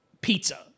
pizza